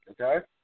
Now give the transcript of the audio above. okay